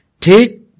Take